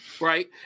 Right